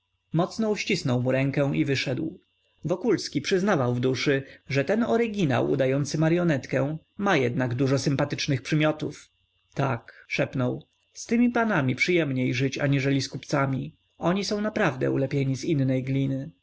mocno uścisnął mu rękę i wyszedł wokulski przyznawał w duszy że ten oryginał udający maryonetkę ma jednak dużo sympatycznych przymiotów tak szepnął z tymi panami przyjemniej żyć aniżeli z kupcami oni są naprawdę ulepieni z innej gliny